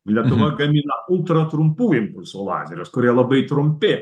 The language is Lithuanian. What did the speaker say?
lietuva gamina ultra trumpųjų impulsų lazerius kurie labai trumpi